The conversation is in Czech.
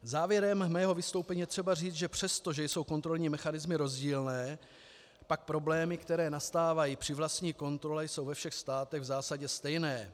Závěrem mého vystoupení je třeba říci, že přesto, že jsou kontrolní mechanismy rozdílné, tak problémy, které nastávají při vlastní kontrole, jsou ve všech státech v zásadě stejné.